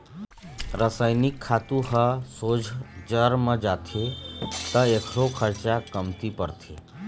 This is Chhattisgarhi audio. रसइनिक खातू ह सोझ जर म जाथे त एखरो खरचा कमती परथे